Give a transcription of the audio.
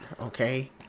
okay